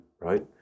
Right